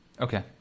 Okay